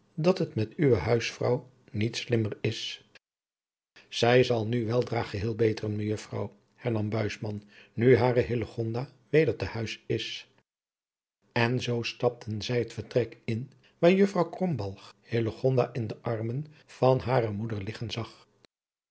dat het met uwe huisvrouw niet slimmer is zij zal nu weldra geheel beteren mejuffrouw hernam buisman nu hare hillegonda weder te huis is en zoo stapten zij het vertrek in waar juffrouw krombalg hillegonda in de armen van hare moeder liggen zag